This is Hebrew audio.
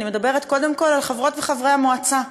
אני מדברת קודם כול על חברות וחברי המועצה.